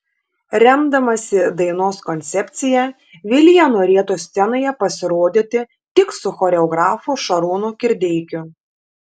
remdamasi dainos koncepcija vilija norėtų scenoje pasirodyti tik su choreografu šarūnu kirdeikiu